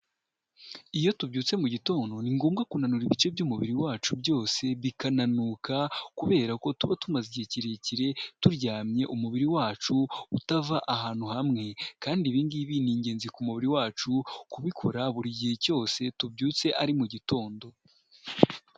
Iyo tubyutse mu gitondo, ni ngombwa kunura ibice by'umubiri wacu byose bikananuka, kubera ko tuba tumaze igihe kirekire turyamye umubiri wacu utava ahantu hamwe, kandi ibi ngibi ni ingenzi ku mubiri wacu kubikora buri gihe cyose tubyutse ari mugitondo.